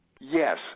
Yes